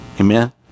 amen